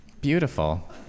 beautiful